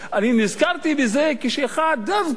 אני נזכרתי בזה כשאחד, דווקא